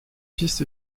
piste